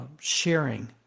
sharing